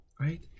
Right